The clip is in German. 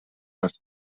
das